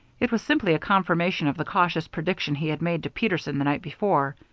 it was simply a confirmation of the cautious prediction he had made to peterson the night before.